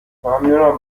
ممنونم